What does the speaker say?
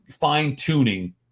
fine-tuning –